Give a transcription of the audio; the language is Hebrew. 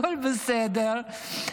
הכול בסדר,